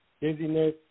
dizziness